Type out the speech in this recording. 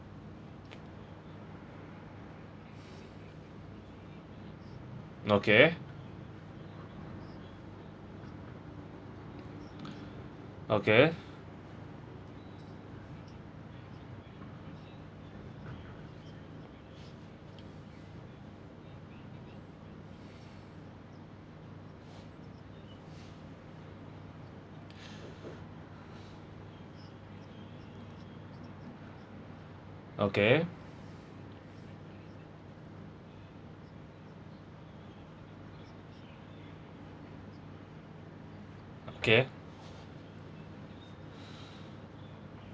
okay okay okay okay